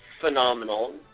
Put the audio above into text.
phenomenal